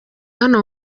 hano